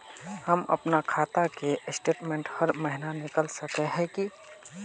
हम अपना खाता के स्टेटमेंट हर महीना निकल सके है की?